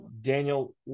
Daniel